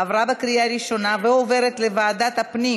עברה בקריאה ראשונה ועוברת לוועדת הפנים